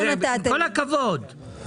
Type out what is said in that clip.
מבריאות ומחינוך כדי להקים מיליציה לשר מסוים,